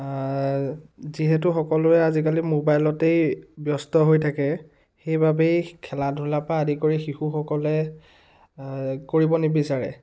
যিহেতু সকলোৱে আজিকালি মোবাইলতেই ব্যস্ত হৈ থাকে সেইবাবেই খেলা ধূলাৰ পৰা আদি কৰি শিশুসকলে কৰিব নিবিচাৰে